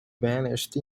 vanished